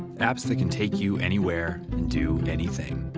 apps that can take you anywhere and do anything.